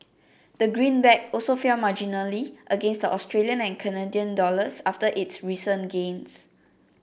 the greenback also fell marginally against the Australian and Canadian dollars after its recent gains